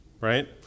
right